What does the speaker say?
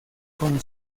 con